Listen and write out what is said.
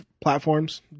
platforms